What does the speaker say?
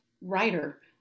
writer